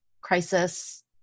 crisis